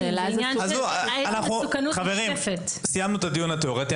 חברים, סיימנו את הדיון התיאורטי.